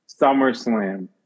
SummerSlam